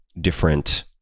different